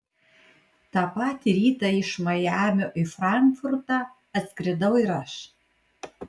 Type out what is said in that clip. tą patį rytą iš majamio į frankfurtą atskridau ir aš